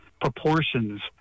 proportions